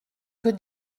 que